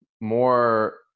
more